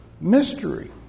mystery